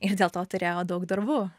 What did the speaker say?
ir dėl to turėjau daug darbų